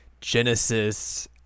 Genesis